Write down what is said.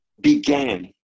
began